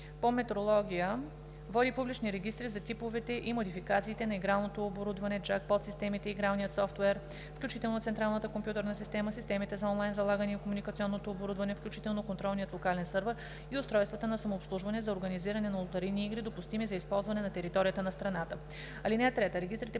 по метрология води публични регистри за типовете и модификациите на игралното оборудване, джакпот системите, игралният софтуер, включително централната компютърна система, системите за онлайн залагания, комуникационното оборудване, включително контролният локален сървър, и устройствата на самообслужване за организиране на лотарийни игри, допустими за използване на територията на страната. (3)